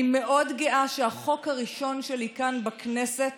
אני מאוד גאה שהחוק הראשון שלי כאן בכנסת